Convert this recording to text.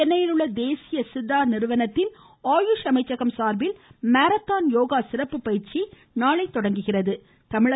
சென்னையில் உள்ள தேசிய சித்தா நிறுவனத்தில் ஆயுஷ் அமைச்சகம் சார்பில் மாரத்தான் யோகா சிறப்பு பயிற்சி நாளை நடைபெறுகிறது